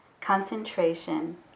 concentration